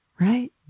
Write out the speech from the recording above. right